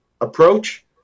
approach